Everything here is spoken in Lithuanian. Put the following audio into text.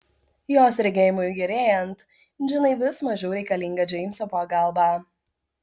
jos regėjimui gerėjant džinai vis mažiau reikalinga džeimso pagalba